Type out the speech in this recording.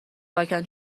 پاکن